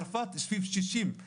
צרפת סביב 60,000 ניתוחים בשנה,